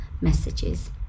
messages